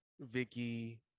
Vicky